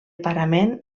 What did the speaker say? parament